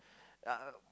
um